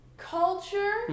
culture